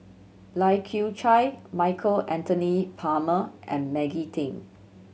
Lai Kew Chai Michael Anthony Palmer and Maggie Teng